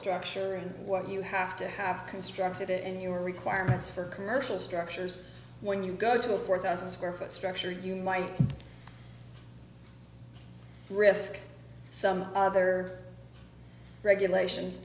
structure in what you have to have constructed it in your requirements for commercial structures when you go to a four thousand square foot structure you might risk some other regulations